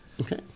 Okay